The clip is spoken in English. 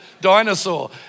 Dinosaur